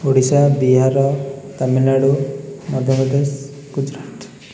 Odisha Bihar Tamil Nadu Madhya Pradesh Gujarat